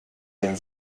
den